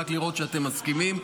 רק לראות שאתם מסכימים.